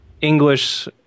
English